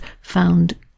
found